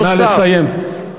נא לסיים.